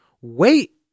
Wait